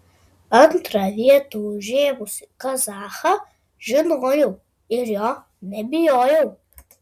antrą vietą užėmusį kazachą žinojau ir jo nebijojau